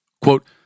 Quote